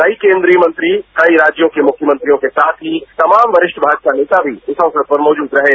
कई केन्द्रीय मंत्री कई राज्यों के मुख्यमंत्रियों के साथ ही तमाम वरिष्ठ भाजपा नेता भी इस अवसर पर मौजूद रहें